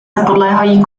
nepodléhají